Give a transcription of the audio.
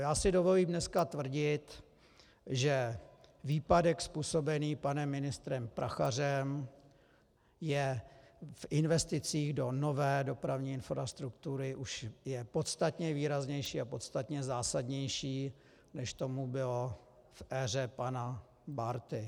Já si dovolím dneska tvrdit, že výpadek způsobený panem ministrem Prachařem je v investicích do nové dopravní infrastruktury podstatně výraznější a zásadnější, než tomu bylo v éře pana Bárty.